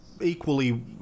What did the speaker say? equally